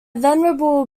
venerable